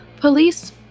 police